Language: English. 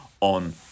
on